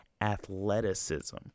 athleticism